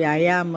व्यायामात्